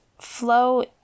flow